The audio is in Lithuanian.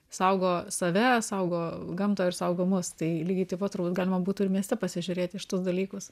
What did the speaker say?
saugo save saugo gamtą ir saugo mus tai lygiai taip pat turbūt galima būtų ir mieste pasižiūrėt į šitus dalykus